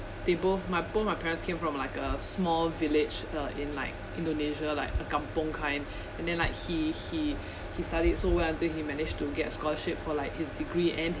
they both my both my parents came from like a small village uh in like indonesia like a kampung kind and then like he he he studied so well until he managed to get scholarship for like his degree and